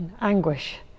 anguish